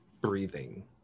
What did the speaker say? breathing